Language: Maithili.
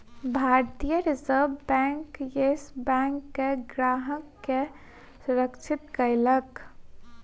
भारतीय रिज़र्व बैंक, येस बैंकक ग्राहक के सुरक्षित कयलक